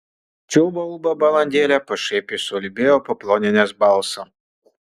čiulba ulba balandėlė pašaipiai suulbėjo paploninęs balsą